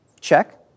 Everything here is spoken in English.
check